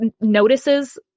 notices